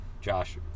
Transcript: Josh